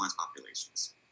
populations